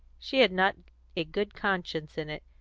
she had not a good conscience in it,